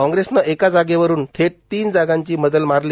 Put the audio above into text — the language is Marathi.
काँग्रेसनं एका जागेवरून थेट तिन जागांची मजल मारली